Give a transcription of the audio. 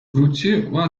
wróciła